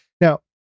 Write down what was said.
Now